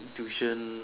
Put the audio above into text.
tuition